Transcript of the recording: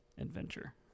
adventure